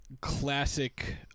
classic